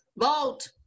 Vote